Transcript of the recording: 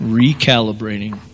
recalibrating